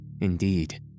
indeed